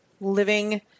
living